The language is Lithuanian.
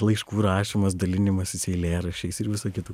laiškų rašymas dalinimasis eilėraščiais ir visa kita